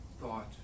thought